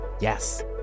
Yes